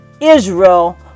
Israel